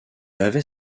avait